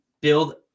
build